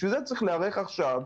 בשביל זה צריך להיערך עכשיו,